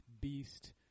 beast